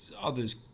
others